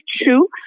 true